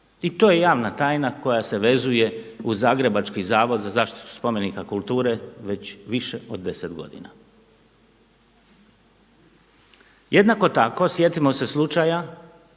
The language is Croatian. I to je javna tajna koja se vezuje uz Zagrebački zavod za zaštitu spomenika kulture već više od 10 godina. Jednako tako sjetimo se slučaja